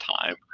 time